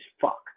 fuck